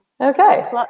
Okay